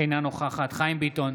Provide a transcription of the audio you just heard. אינה נוכחת חיים ביטון,